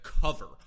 cover